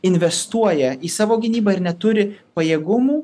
investuoja į savo gynybą ir neturi pajėgumų